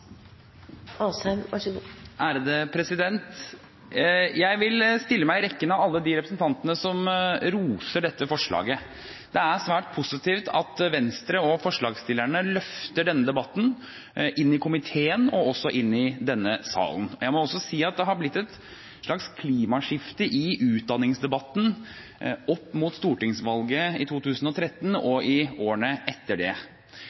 svært positivt at Venstre og forslagsstillerne løfter denne debatten inn i komiteen og også inn i denne salen. Jeg må også si at det har blitt et slags klimaskifte i utdanningsdebatten opp mot stortingsvalget i 2013 og i årene etter det.